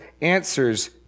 answers